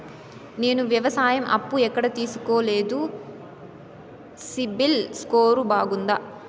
నేను వ్యవసాయం అప్పు ఎక్కడ తీసుకోలేదు, సిబిల్ స్కోరు బాగుందా?